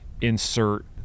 insert